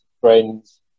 friends